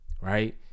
right